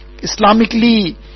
Islamically